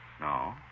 No